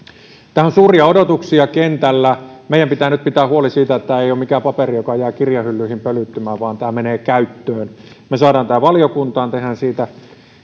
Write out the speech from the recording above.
kentällä on suuria odotuksia meidän pitää nyt pitää huoli siitä että tämä ei ole mikään paperi joka jää kirjahyllyihin pölyttymään vaan että tämä menee käyttöön me saamme tämän valiokuntaan teemme sen